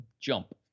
jump